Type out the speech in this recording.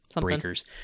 breakers